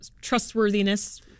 trustworthiness